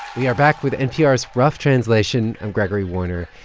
we are back with npr's rough translation. i'm gregory warner.